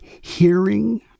hearing